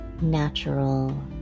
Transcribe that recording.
natural